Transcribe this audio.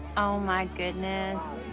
oh my goodness!